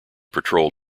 patrol